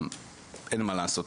אין מה לעשות,